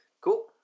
Cool